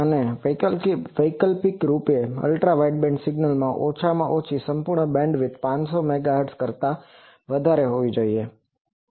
અને વૈકલ્પિક રૂપે પણ અલ્ટ્રા વાઇડબેન્ડ સિગ્નલમાં ઓછામાં ઓછી સંપૂર્ણ બેન્ડવિડ્થ 500MHz કરતા વધારે હોવી જોઈએ